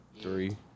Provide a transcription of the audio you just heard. Three